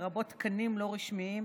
לרבות תקנים לא רשמיים,